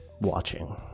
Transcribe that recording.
Watching